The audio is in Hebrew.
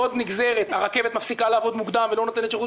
עוד נגזרת היא שהרכבת מפסיקה לעבוד מוקדם ולא נותנת שירות